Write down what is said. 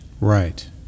Right